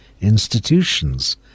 institutions